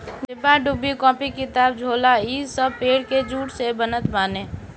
डिब्बा डुब्बी, कापी किताब, झोला इ सब पेड़ के जूट से बनत बाने